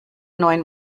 neuen